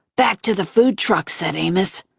back to the food trucks, said amos.